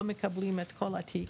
לא מקבלים את כל התיק,